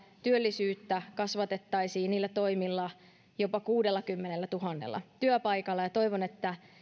työllisyyttä kasvatettaisiin jopa kuudellakymmenellätuhannella työpaikalla toivon että